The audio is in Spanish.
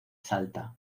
salta